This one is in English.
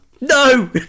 No